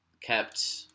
kept